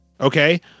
okay